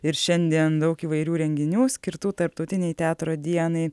ir šiandien daug įvairių renginių skirtų tarptautinei teatro dienai